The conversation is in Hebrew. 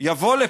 יבוא לפה,